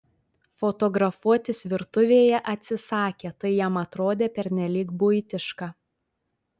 fotografuotis virtuvėje atsisakė tai jam atrodė pernelyg buitiška